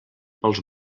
pels